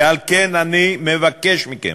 ועל כן אני מבקש מכם